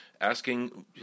Asking